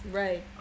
right